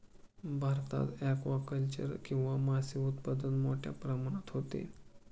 भारतात ॲक्वाकल्चर किंवा मासे उत्पादन मोठ्या प्रमाणात होते